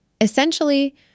Essentially